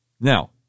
Now